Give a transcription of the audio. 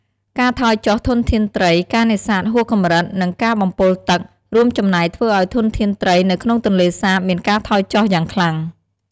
ការថយចុះធនធានត្រី ការនេសាទហួសកម្រិត និង ការបំពុលទឹក រួមចំណែកធ្វើឱ្យធនធានត្រីនៅក្នុងទន្លេសាបមានការថយចុះយ៉ាងខ្លាំង។